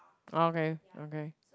okay okay